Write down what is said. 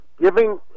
giving